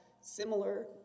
similar